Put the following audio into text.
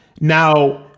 Now